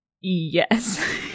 yes